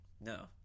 No